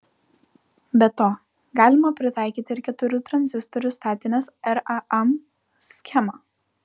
be to galima pritaikyti ir keturių tranzistorių statinės ram schemą